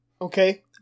Okay